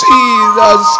Jesus